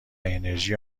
انرژی